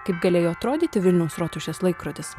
kaip galėjo atrodyti vilniaus rotušės laikrodis